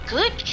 Good